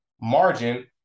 margin